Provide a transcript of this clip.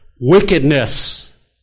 wickedness